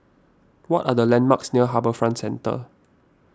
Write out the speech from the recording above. what are the landmarks near HarbourFront Centre